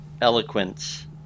eloquence